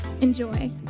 Enjoy